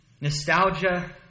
nostalgia